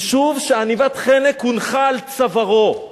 יישוב שעניבת חנק הונחה על צווארו.